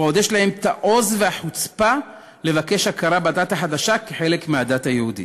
ועוד יש להן העוז והחוצפה לבקש הכרה בדת החדשה כחלק מהדת היהודית?